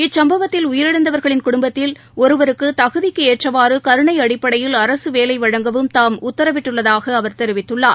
இச்சம்பவத்தில் உயிரிழந்தவர்களின் குடும்பத்தில் ஒருவருக்கு தகுதிக்கு ஏற்றவாறு கருணை அடிப்படையில் அரசு வேலை வழங்கவும் தாம் உத்தரவிட்டுள்ளதாக அவர் தெரிவித்துள்ளார்